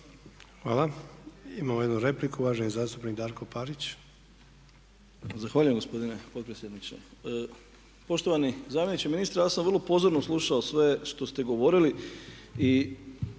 Hvala. Imao jednu repliku uvaženi zastupnik Maro Kristić.